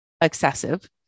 excessive